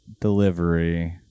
delivery